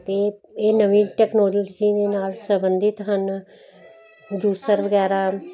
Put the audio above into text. ਅਤੇ ਇਹ ਨਵੀਂ ਟੈਕਨੋਲੋਜੀ ਦੇ ਨਾਲ ਸੰਬੰਧਿਤ ਹਨ ਜੂਸਰ ਵਗੈਰਾ